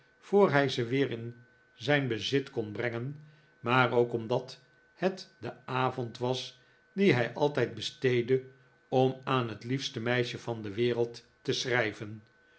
voor hij ze weer in zijn bezit kon brengen maar ook omdat het de avond was dien hij altijd besteedde om aan het liefste meisje van de wereld te schrijven